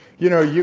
you know, you